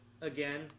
again